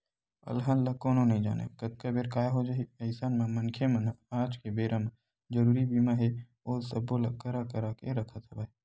अलहन ल कोनो नइ जानय कतका बेर काय हो जाही अइसन म मनखे मन ह आज के बेरा म जरुरी बीमा हे ओ सब्बो ल करा करा के रखत हवय